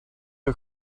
you